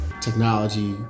technology